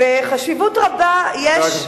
וחשיבות רבה יש,